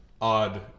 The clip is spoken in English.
odd